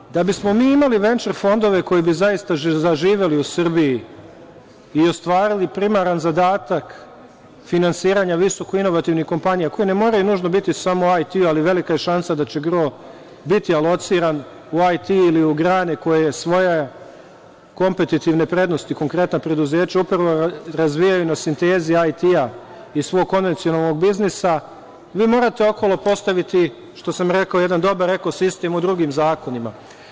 S te strane, da bismo imali venčer fondove, koji bi zaista zaživeli u Srbiji i ostvarili primaran zadatak finansiranja visoko inovativnih kompanija koje ne moraju nužno biti samo IT, ali velika je šansa da će gro biti lociran u IT ili u grane koje svoje kompetetivne prednosti, konkretno preduzeća, upravo razvijaju na sintezi IT i svog konvencionalnog biznisa, vi morate okolo postaviti, što sam rekao, jedan dobar ekosistem u drugim zakonima.